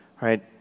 right